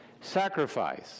sacrifice